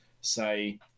say